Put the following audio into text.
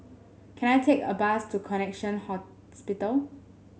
can I take a bus to Connexion Hospital